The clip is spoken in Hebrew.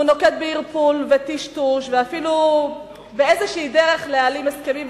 והוא נוקט ערפול וטשטוש ואפילו באיזו דרך להעלים הסכמים,